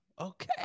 okay